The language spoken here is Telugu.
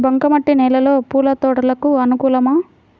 బంక మట్టి నేలలో పూల తోటలకు అనుకూలమా?